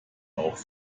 auch